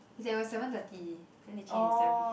it's at seven thirty then they change to seven fifteen